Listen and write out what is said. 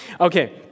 okay